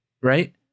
right